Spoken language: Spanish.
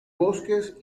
bosques